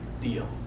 deal